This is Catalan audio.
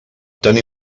tan